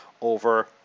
over